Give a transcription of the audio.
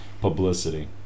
publicity